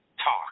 talk